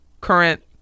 current